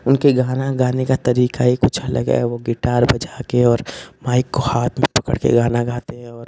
उनके यहाँ ना गाने का तरीका ही कुछ अलग है वो गिटार बजा के और माइक को हाथ में पकड़ के गाना गाते हैं और